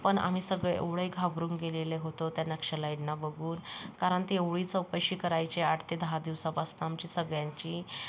पण आम्ही सगळे एवढे घाबरून गेलेले होतो त्या नक्षलाईडना बघून कारण ते एवढी चौकशी करायचे आठ ते दहा दिवसापासनं आमची सगळ्यांची